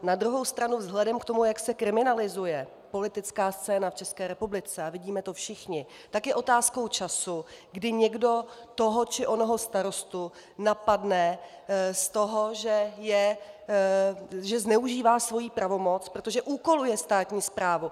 Na druhou stranu vzhledem k tomu, jak se kriminalizuje politická scéna v České republice, a vidíme to všichni, tak je otázkou času, kdy někdo toho či onoho starostu napadne z toho, že zneužívá svoji pravomoc, protože úkoluje státní správu.